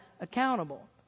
accountable